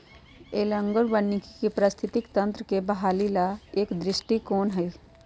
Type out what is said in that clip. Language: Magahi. एनालॉग वानिकी पारिस्थितिकी तंत्र के बहाली ला एक दृष्टिकोण हई